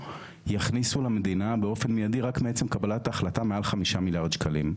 יכניסו למדינה באופן מיידי רק מעצם קבלת ההחלטה מעל 5 מיליארד שקלים,